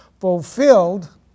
fulfilled